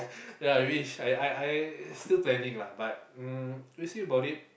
ya I wish I I I still planning lah but um we'll see about it